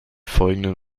folgenden